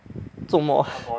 做么